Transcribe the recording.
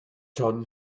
john